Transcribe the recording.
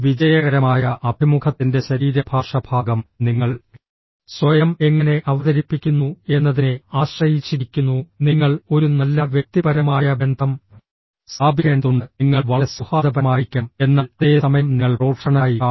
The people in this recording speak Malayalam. വിജയകരമായ അഭിമുഖത്തിന്റെ ശരീരഭാഷ ഭാഗം നിങ്ങൾ സ്വയം എങ്ങനെ അവതരിപ്പിക്കുന്നു എന്നതിനെ ആശ്രയിച്ചിരിക്കുന്നു നിങ്ങൾ ഒരു നല്ല വ്യക്തിപരമായ ബന്ധം സ്ഥാപിക്കേണ്ടതുണ്ട് നിങ്ങൾ വളരെ സൌഹാർദ്ദപരമായിരിക്കണം എന്നാൽ അതേ സമയം നിങ്ങൾ പ്രൊഫഷണലായി കാണണം